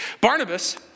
Barnabas